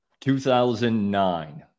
2009